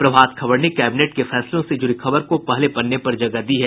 प्रभात खबर ने कैबिनेट के फैसलों से जुड़ी खबर को पहले पन्ने पर जगह दी है